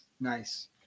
Nice